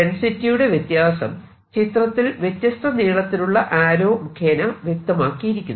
ഡെൻസിറ്റിയുടെ വ്യത്യാസം ചിത്രത്തിൽ വ്യത്യസ്ത നീളത്തിലുള്ള ആരോ മുഖേന വ്യക്തമാക്കിയിരിക്കുന്നു